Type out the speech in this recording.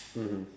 mmhmm